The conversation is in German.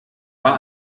war